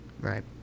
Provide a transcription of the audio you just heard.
Right